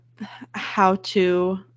how-to